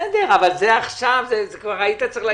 בסדר, היית צריך להגיד את זה מזמן.